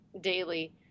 daily